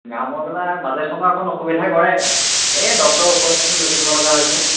গা মূৰবিলাক মাজে সময়ে অকণ অসুবিধা কৰে এই ডক্তৰৰ ঔষধ পাতি লৈ থাকিবলগা হৈছে